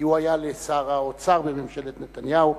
כי הוא היה לשר האוצר בממשלת נתניהו,